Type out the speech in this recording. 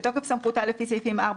"בתוקף סמכותה לפי סעיפים 4,